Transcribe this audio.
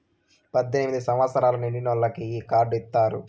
పద్దెనిమిది సంవచ్చరాలు నిండినోళ్ళకి ఈ కార్డు ఇత్తారు